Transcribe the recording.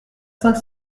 cinq